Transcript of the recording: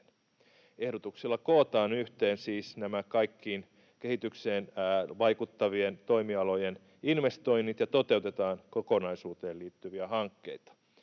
Ehdotuksella kootaan yhteen siis nämä kaikkien kehitykseen vaikuttavien toimialojen investoinnit ja toteutetaan kokonaisuuteen liittyviä hankkeita.